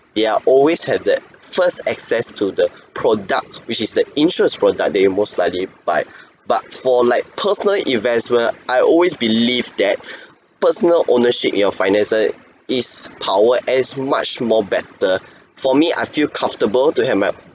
they are always have that first access to the products which is the interest product that you'll most likely buy but for like personal investment I always believe that personal ownership in your finances is power it's much more better for me I feel comfortable to have my